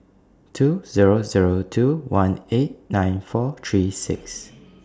two Zero Zero two one eight nine four three six